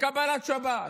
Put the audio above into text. בקבלת שבת: